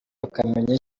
akamenya